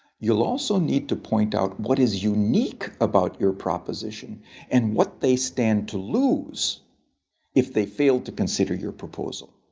you'll also need to point out what is unique about your proposition and what they stand to lose if they fail to consider your proposal.